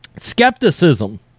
Skepticism